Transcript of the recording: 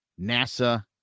NASA